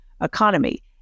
economy